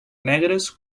negres